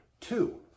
Two